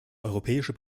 europäische